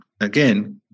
again